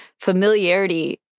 familiarity